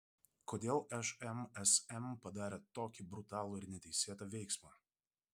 kodėl šmsm padarė tokį brutalų ir neteisėtą veiksmą